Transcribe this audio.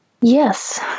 Yes